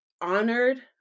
honored